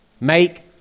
Make